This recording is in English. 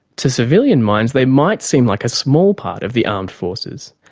to civilian minds, they might seem like a small part of the armed forces,